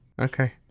okay